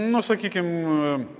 nu sakykim